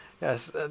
Yes